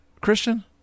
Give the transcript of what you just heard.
Christian